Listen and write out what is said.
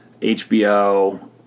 HBO